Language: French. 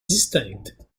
distinctes